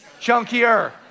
chunkier